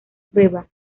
prueba